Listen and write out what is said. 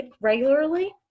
regularly